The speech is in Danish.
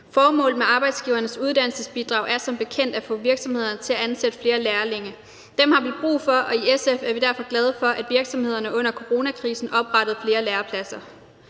Formålet med Arbejdsgivernes Uddannelsesbidrag er som bekendt at få virksomhederne til at ansætte flere lærlinge. Dem har vi brug for, og i SF er vi derfor glade for, at virksomhederne under coronakrisen oprettede flere lærepladser